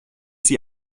sie